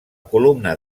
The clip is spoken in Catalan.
columna